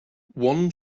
one